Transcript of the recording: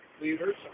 leaders